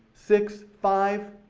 six, five,